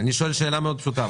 אני שואל שאלה מאוד פשוטה.